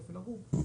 בעצם,